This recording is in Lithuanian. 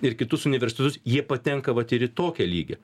ir kitus universitetus jie patenka vat ir į tokį lygį